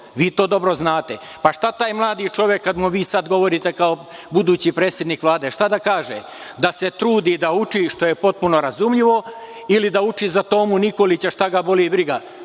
Vi to dobro znate. Šta taj mladi čovek, kad mu vi sad govorite kao budući predsedik Vlade, da kaže, da se trudi, da uči, što je potpuno razumljivo ili da uči za Tomu Nikolića, šta ga boli briga,